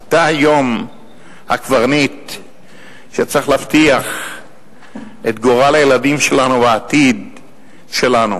אתה היום הקברניט שצריך להבטיח את גורל הילדים שלנו והעתיד שלנו.